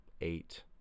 eight